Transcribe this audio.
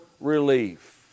relief